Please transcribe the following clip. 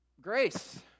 grace